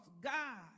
God